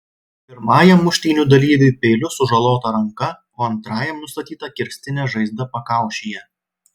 pirmajam muštynių dalyviui peiliu sužalota ranka o antrajam nustatyta kirstinė žaizda pakaušyje